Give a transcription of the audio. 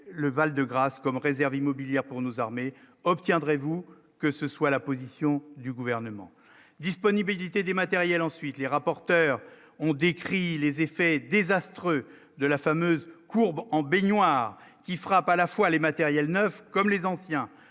le Val-de-Grâce comme réserves immobilières pour nos armées obtiendrez-vous que ce soit la position du gouvernement disponibilité des matériels ensuite les rapporteurs ont décrit les effets désastreux de la fameuse courbe en baignoire qui frappe à la fois les matériels neufs comme les anciens,